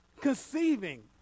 conceiving